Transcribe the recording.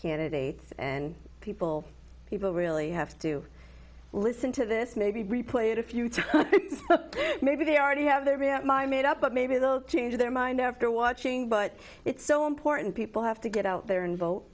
candidates and people people really have to listen to this maybe replay it a few times maybe they already have their be out my made up maybe it'll change their mind after watching but it's so important people have to get out there and vote